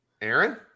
Aaron